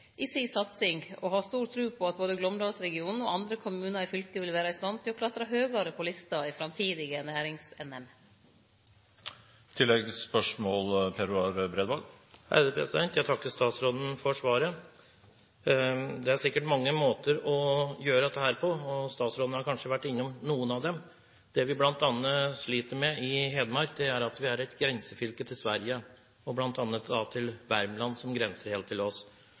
i si satsing, og eg har stor tru på at både Glåmdalsregionen og andre kommunar i fylket vil vere i stand til å klatre høgare på lista i framtidige NæringsNM. Jeg takker statsråden for svaret. Det er sikkert mange måter å gjøre dette på, og statsråden har kanskje vært innom noen av dem. Det vi sliter med i Hedmark, er at vi er et grensefylke til Sverige, bl.a. grenser Värmland til